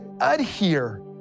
adhere